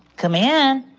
come in